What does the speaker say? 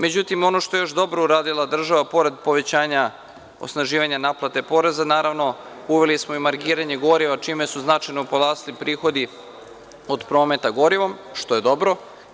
Međutim, ono što je još dobro uradila država, pored povećanja osnaživanja naplate poreza, naravno, uveli smo i margiranje goriva, čime su značajno porasli prihodi od prometa gorivom, što je dobro.